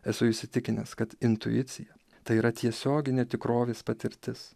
esu įsitikinęs kad intuicija tai yra tiesioginė tikrovės patirtis